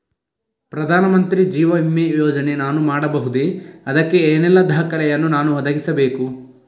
ಪ್ರಧಾನ ಮಂತ್ರಿ ಜೀವ ವಿಮೆ ಯೋಜನೆ ನಾನು ಮಾಡಬಹುದೇ, ಅದಕ್ಕೆ ಏನೆಲ್ಲ ದಾಖಲೆ ಯನ್ನು ನಾನು ಒದಗಿಸಬೇಕು?